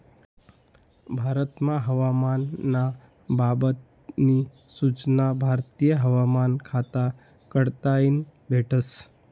भारतमा हवामान ना बाबत नी सूचना भारतीय हवामान खाता कडताईन भेटस